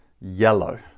yellow